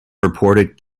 reported